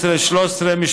12-13־27740,